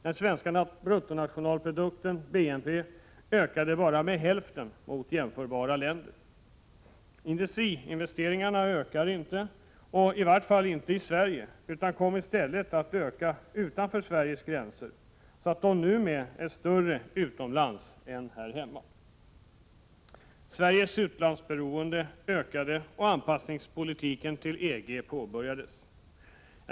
Den svenska bruttonationalprodukten, BNP, ökade bara med hälften mot vad som var fallet i jämförbara länder. Industriinvesteringarna ökade inte, i vart fall inte i Sverige, utan kom i stället att öka utanför Sveriges gränser så att de numera är större utomlands än här hemma. Sveriges utlandsberoende ökade, och anpassningspolitiken gentemot EG påbörjades.